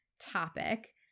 topic